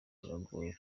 biragoye